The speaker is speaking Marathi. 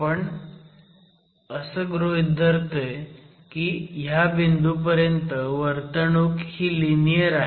आपण असं गृहीत धरतोय की ह्या बिंदूपर्यंत वर्तणूक ही लिनीयर आहे